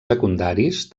secundaris